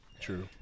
True